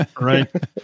right